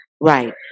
Right